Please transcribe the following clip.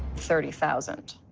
thirty thousand